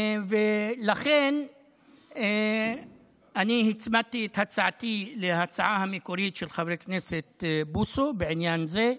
לכן אני הצמדתי את הצעתי להצעה המקורית של חבר הכנסת בוסו בעניין זה,